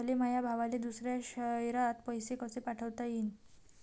मले माया भावाले दुसऱ्या शयरात पैसे कसे पाठवता येईन?